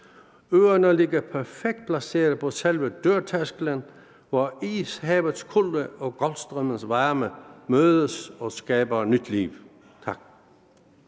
Øerne ligger perfekt placeret på selve dørtærskelen, hvor Ishavets kulde og Golfstrømmens varme mødes og skaber nyt liv. Tak.